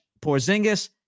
Porzingis